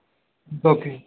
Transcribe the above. okay